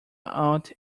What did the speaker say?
out